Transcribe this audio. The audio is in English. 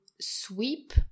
sweep